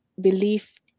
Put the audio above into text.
belief